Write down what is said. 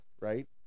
right